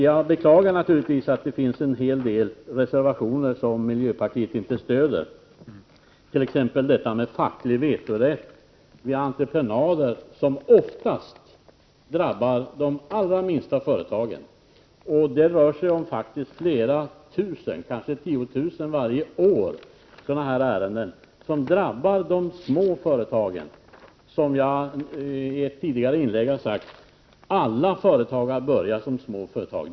Jag beklagar naturligtvis att det finns en hel del reservationer som miljöpartiet inte stödjer, t.ex. den som handlar om facklig vetorätt vid entreprenader. Detta drabbar oftast de allra minsta företagen. Det rör sig faktiskt om flera tusen — kanske 10 000 — fall varje år som drabbar de små företagen. Som jag tidigare sade börjar alla företag som små företag.